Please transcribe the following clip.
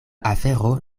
afero